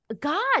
God